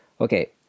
Okay